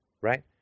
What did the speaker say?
right